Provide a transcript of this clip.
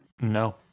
No